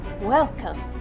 Welcome